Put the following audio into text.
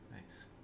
Nice